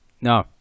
No